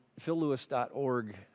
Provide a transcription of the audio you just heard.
phillewis.org